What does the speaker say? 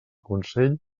consell